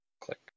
Click